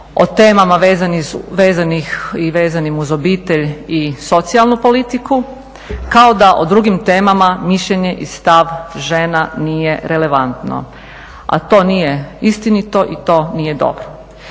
o temama vezanih i vezanim uz obitelj i socijalnu politiku, kao da o drugim temama mišljenje i stav žena nije relevantno. A to nije istinito i to nije dobro.